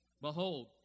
Behold